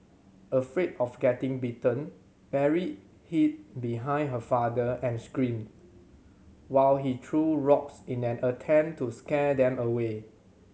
afraid of getting bitten Mary hid behind her father and screamed while he threw rocks in an attempt to scare them away